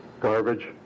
garbage